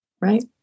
right